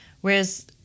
whereas